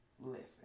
listen